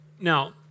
Now